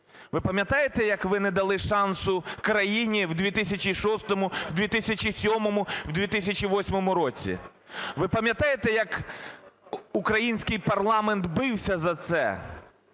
Ви пам'ятаєте, як ви не дали шансу країні у 2006-му, 2007-му, 2008-му році? Ви пам'ятаєте, як український парламент бився за це,